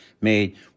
made